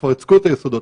כבר יצקו את היסודות,